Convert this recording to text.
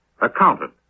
accountant